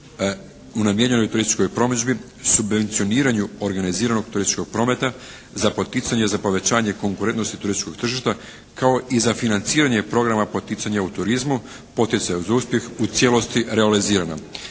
u namijenjenoj turističkog promidžbi, subvencioniranju organiziranog turističkog prometa za poticanje, za povećanje konkurentnosti turističkog tržišta kao i za financiranje programa poticanja u turizmu, poticaja uz uspjeh u cijelosti realizirana.